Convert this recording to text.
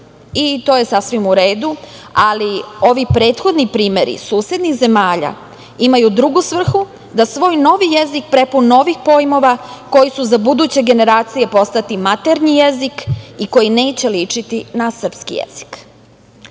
To je sasvim u redu, ali ovi prethodni primeri susednih zemalja imaju drugu svrhu, da svoj novi jezik, prepun novih pojmova, koji će za buduće generacije postati maternji jezik i koji neće ličiti na srpski